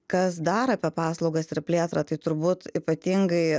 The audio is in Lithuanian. kas dar apie paslaugas ir plėtrą tai turbūt ypatingai